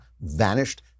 vanished